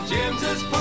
James's